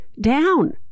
down